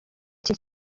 iki